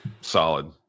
Solid